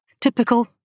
Typical